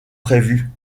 prévu